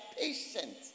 patient